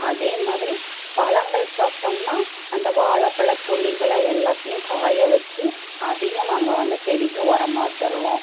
அதே மாதிரி பழங்கள் சாப்பிட்டோம்னா அந்த வாழைப் பழத் தோலிகளை எல்லாத்தையும் காயவச்சு அதையும் நாங்கள் வந்து செடிக்கு உரமா தருவோம்